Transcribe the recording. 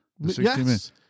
Yes